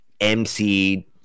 MC